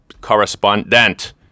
correspondent